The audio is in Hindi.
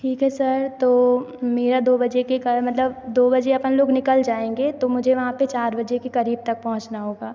ठीक है सर तो मेरा दो बजे के कर मतलब दो बजे अपन लोग निकल जाएँगे तो मुझे वहाँ पर चार बजे के करीब तक पहुँचना होगा